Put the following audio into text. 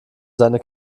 seine